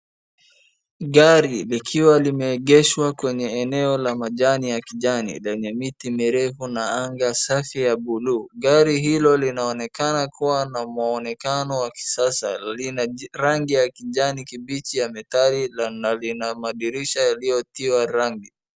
Gari likiwa limeegeshwa kwenye eneo la majani ya kijani lenye miti mirefu na anga safi ya buluu , gari hilo linaonekana kuwa na muonekano wa kisasa, lina rangi ya kijani kibichi ya metali na lina madirisha yaliyotiwa rangi.